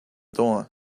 door